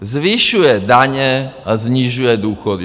Zvyšuje daně a snižuje důchody.